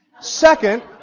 Second